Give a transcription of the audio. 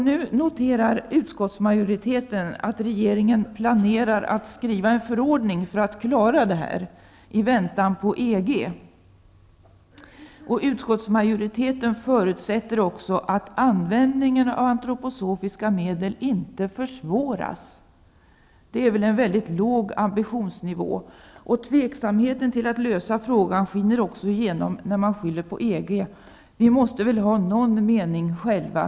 Nu noterar utskottsmajoriteten att regeringen planerar att skriva en förordning för att klara detta i väntan på EG. Utskottsmajoriteten förutsätter att användningen av antroposofiska medel inte försvåras. Det är en låg ambitionsnivå, och tveksamheten till att lösa frågan skiner också igenom när man skyller på EG. Vi måste väl ha någon mening själva.